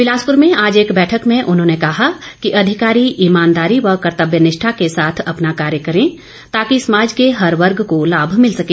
बिलासपुर में आज एक बैठक की अध्यक्षता करते हुए उन्होंने कहा कि अधिकारी ईमानदारी व कर्तव्य निष्ठा के साथ अपना कार्य करें ताकि समाज के हर वर्ग को लाभ मिल सके